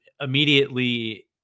immediately